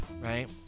right